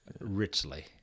richly